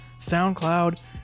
SoundCloud